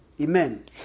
Amen